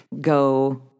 go